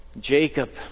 Jacob